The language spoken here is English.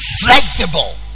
flexible